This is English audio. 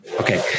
Okay